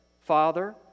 Father